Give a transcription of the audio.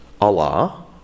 Allah